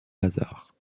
lazare